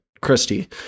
Christie